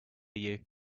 you